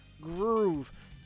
Groove